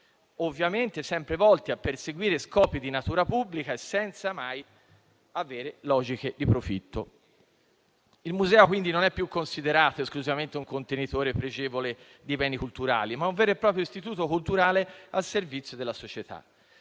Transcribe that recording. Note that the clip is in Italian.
ovviamente sempre volte a perseguire scopi di natura pubblica, senza mai avere logiche di profitto. Il museo, quindi, è considerato non più esclusivamente un contenitore pregevole di beni culturali, ma un vero e proprio istituto culturale al servizio della società.